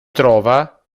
trova